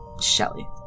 Shelly